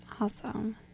Awesome